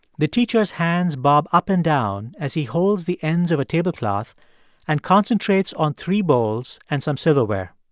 the teacher's hands bob up and down as he holds the ends of a tablecloth and concentrates on three bowls and some silverware.